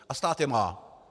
A stát je má.